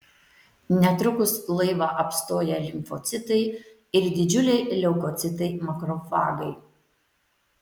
netrukus laivą apstoja limfocitai ir didžiuliai leukocitai makrofagai